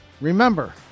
Remember